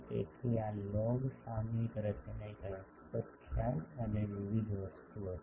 તેથી આ લોગ સામયિક રચના એક રસપ્રદ ખ્યાલ અને વિવિધ વસ્તુ હતી